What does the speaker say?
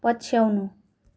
पछ्याउनु